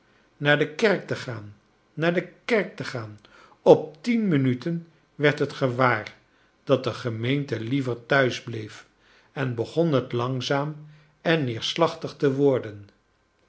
naar de kerk te gaan naar de kerk te gaan op tien minuten werd het gewaar dat de gemeente liever tlinis bleef en begon het langzaam en neerslachtlg te worden